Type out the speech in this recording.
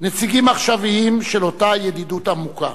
נציגים עכשוויים של אותה ידידות עמוקה.